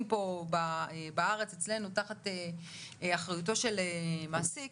פה בארץ אצלנו תחת אחריותו של מעסיק,